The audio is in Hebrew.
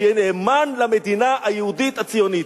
שיהיה נאמן למדינה היהודית הציונית.